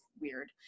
weird